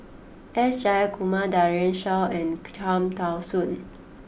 S Jayakumar Daren Shiau and Cham Tao Soon